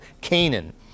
Canaan